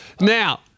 Now